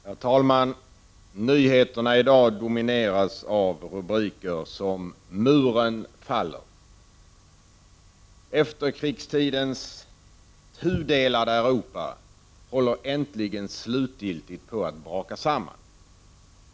Herr talman! Nyheterna i dag domineras av rubriker som ”Berlinmuren faller”. Efterkrigstidens tudelade Europa håller äntligen slutgiltigt på att braka samman.